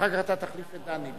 אחר כך אתה תחליף את דני.